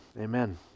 Amen